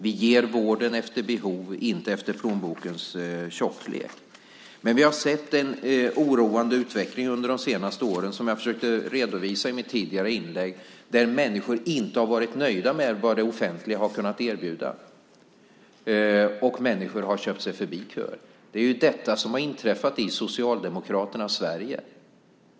Vi ger vården efter behov, inte efter plånbokens tjocklek. Men vi har sett en oroande utveckling under de senaste åren, som jag försökte redovisa i mitt tidigare inlägg, där människor inte har varit nöjda med vad det offentliga har kunnat erbjuda och har köpt sig förbi köer. Det är detta som har inträffat i Socialdemokraternas Sverige.